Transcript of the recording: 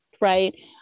right